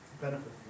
benefit